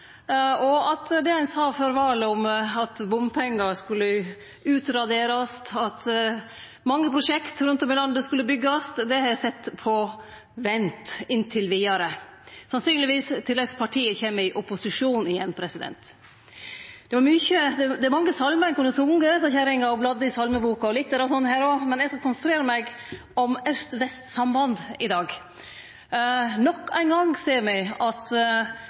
og at det ein sa før valet om at bompengar skulle utraderast, og at mange prosjekt rundt omkring i landet skulle byggjast, er sett på vent inntil vidare – sannsynlegvis til partia kjem i opposisjon igjen. Det er mange salmar ein kunne sunge, sa kjerringa og bladde i salmeboka. Litt sånn er det her òg, men eg skal konsentrere meg om aust–vest-samband i dag. Nok ein gong ser me at